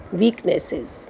weaknesses।